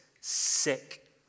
sick